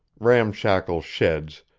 ramshackle sheds,